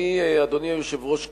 אדוני היושב-ראש,